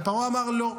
ופרעה אמר: לא,